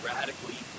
Radically